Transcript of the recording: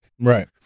Right